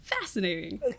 Fascinating